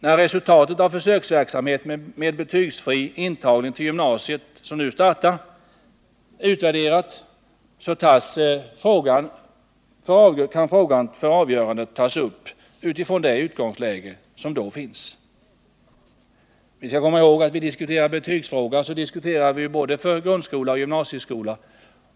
När resultatet av den försöksverksamhet med fri intagning till gymnasiet som nu startar har utvärderats kan frågan tas upp till avgörande med det utgångsläge vi då har. Vad vi går med på nu är ett provisorium.